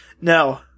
No